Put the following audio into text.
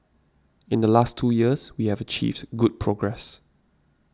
in the last two years we have achieved good progress